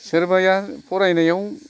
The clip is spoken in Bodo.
सोरबाया फरायनायाव